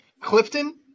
Clifton